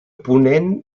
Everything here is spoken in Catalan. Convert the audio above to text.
ponent